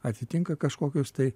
atitinka kažkokius tai